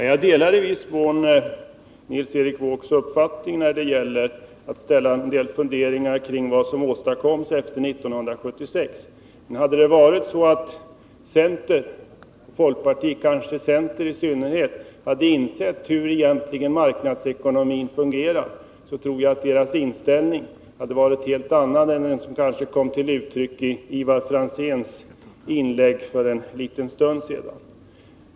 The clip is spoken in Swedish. Herr talman! Jag delar i viss mån Nils Erik Wåågs uppfattning när det gäller funderingarna kring vad som åstadkoms efter 1976. Men hade det varit så att centern och folkpartiet — kanske centern i synnerhet — insett hur marknadsekonomin egentligen fungerar, tror jag att deras inställning hade varit en helt annan än den som kom till uttryck i Ivar Franzéns inlägg för en stund sedan.